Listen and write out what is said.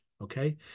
Okay